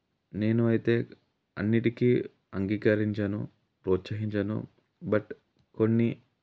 నేను అయితే అన్నిటికీ అంగీకరించను ప్రోత్సహించను బట్ కొన్ని